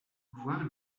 voir